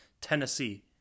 Tennessee